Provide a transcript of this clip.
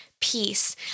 peace